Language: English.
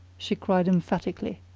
she cried emphatically.